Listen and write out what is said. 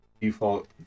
default